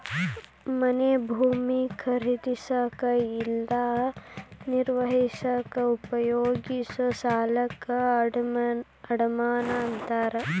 ಮನೆ ಭೂಮಿ ಖರೇದಿಸಕ ಇಲ್ಲಾ ನಿರ್ವಹಿಸಕ ಉಪಯೋಗಿಸೊ ಸಾಲಕ್ಕ ಅಡಮಾನ ಅಂತಾರ